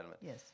Yes